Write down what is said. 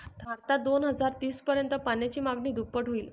भारतात दोन हजार तीस पर्यंत पाण्याची मागणी दुप्पट होईल